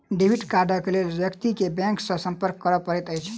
debit कार्डक लेल व्यक्ति के बैंक सॅ संपर्क करय पड़ैत अछि